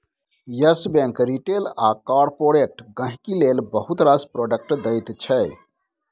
yes Bank retail आ corporate गांहिकी लेल बहुत रास प्रोडक्ट दैत छै